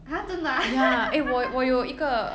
!huh! 真的 ah